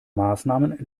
maßnahmen